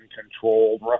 controlled